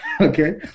okay